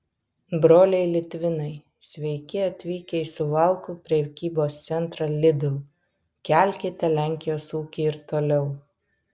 broliai litvinai sveiki atvykę į suvalkų prekybos centrą lidl kelkite lenkijos ūkį ir toliau